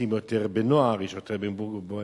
עוסקים יותר בנוער, יש יותר במבוגרים,